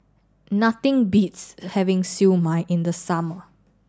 nothing beats having Siew Mai in the summer